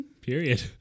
Period